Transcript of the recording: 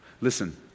Listen